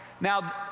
Now